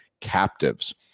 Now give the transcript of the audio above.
captives